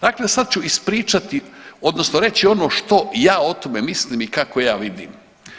Dakle, sada ću ispričati odnosno reći ono što ja o tome mislim i kako ja vidim.